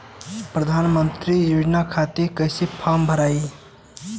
प्रधानमंत्री योजना खातिर कैसे फार्म भराई?